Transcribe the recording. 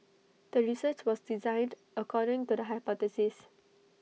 the research was designed according to the hypothesis